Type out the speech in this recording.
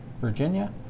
Virginia